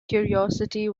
curiosity